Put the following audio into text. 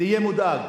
תהיה מודאג.